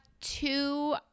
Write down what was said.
Two